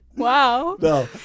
Wow